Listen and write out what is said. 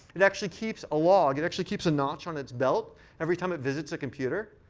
it actually keeps a log. it actually keeps a notch on its belt every time it visits a computer,